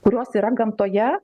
kurios yra gamtoje